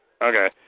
Okay